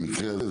במקרה הזה,